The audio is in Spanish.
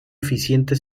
eficiente